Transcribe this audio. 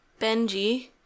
Benji